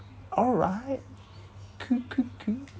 alright cool cool cool